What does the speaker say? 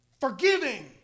forgiving